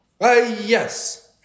Yes